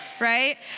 right